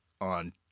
on